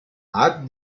add